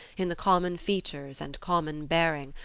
in the common features and common bearing,